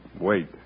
Wait